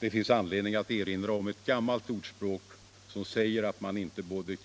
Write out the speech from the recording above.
Det finns anledning att erinra om ett gammalt ordspråk som säger all man inte kan både